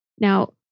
Now